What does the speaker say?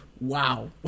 Wow